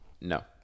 No